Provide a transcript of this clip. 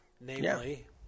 Namely